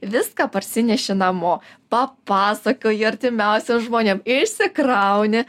viską parsineši namo papasakoji artimiausiem žmonėm išsikrauni